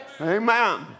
Amen